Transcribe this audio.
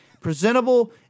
presentable